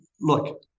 look